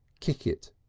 kick it,